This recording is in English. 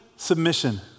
Submission